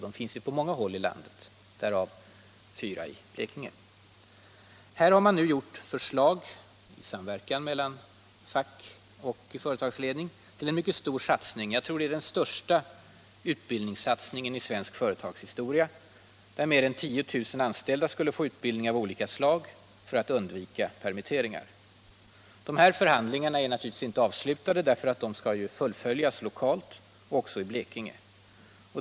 De finns ju på många håll i landet, därav fyra i Blekinge. Här har nu utarbetats förslag, i samverkan mellan fack och företagsledning, om en mycket stor satsning — jag tror att det är den största utbildningssatsningen i svensk företagshistoria — där mer än 10 000 anställda skulle få utbildning av olika slag för att undgå permitteringar. De här förhandlingarna är naturligtvis inte avslutade. De skall ju fullföljas lokalt också i Blekinge.